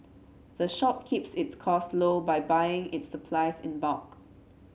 the shop keeps its costs low by buying its supplies in bulk